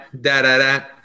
Da-da-da